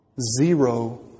zero